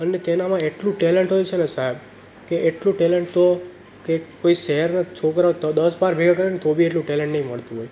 અને તેનામાં એટલું ટેલેન્ટ હોય છે ને સાહેબ કે એટલું ટેલેન્ટ તો કે કોઈ શહેરના છોકરા તો દસ બાર ભેગા કરેને તો બી એટલું ટેલેન્ટ નહીં મળતું હોય